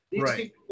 Right